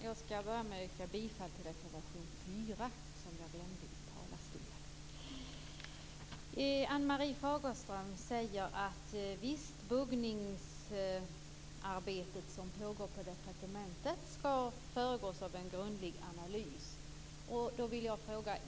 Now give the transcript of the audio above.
Fru talman! Jag börjar med att yrka bifall till reservation 4, vilket jag glömde göra tidigare när jag stod i talarstolen. Ann-Marie Fagerström säger: Visst, det buggningsarbete som pågår på departementet skall föregås av en grundlig analys.